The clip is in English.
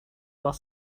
while